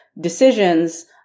decisions